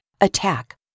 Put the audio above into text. Attack